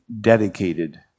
dedicated